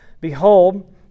Behold